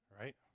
Right